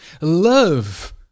love